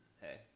Hey